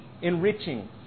enriching